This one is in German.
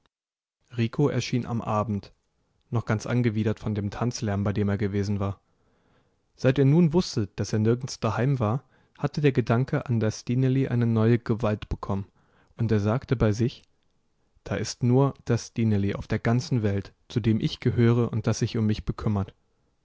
erschien am abend noch ganz angewidert von dem tanzlärm bei dem er gewesen war seit er nun wußte daß er nirgends daheim war hatte der gedanke an das stineli eine neue gewalt bekommen und er sagte bei sich da ist nur das stineli auf der ganzen welt zu dem ich gehöre und das sich um mich bekümmert